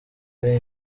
ari